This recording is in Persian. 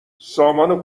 سامان